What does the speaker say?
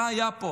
מה היה פה.